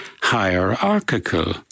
hierarchical